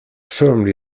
firmly